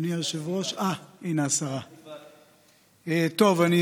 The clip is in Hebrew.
אדוני היושב-ראש, אה, הינה השרה, טוב, אני